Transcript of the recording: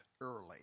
early